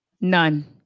None